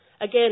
Again